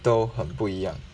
都很不一样